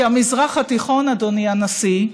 כי המזרח התיכון, אדוני הנשיא,